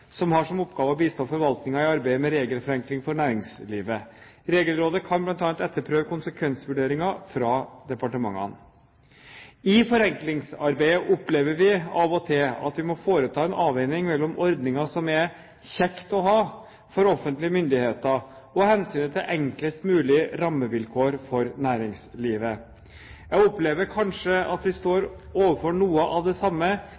som har som oppgave å bistå forvaltningen i arbeidet med regelforenkling for næringslivet. Regelrådet kan bl.a. etterprøve konsekvensvurderinger fra departementene. I forenklingsarbeidet opplever vi av og til at vi må foreta en avveining mellom ordninger som er «kjekt å ha» for offentlige myndigheter, og hensynet til enklest mulige rammevilkår for næringslivet. Jeg opplever kanskje at vi står overfor noe av det samme